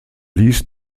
ließ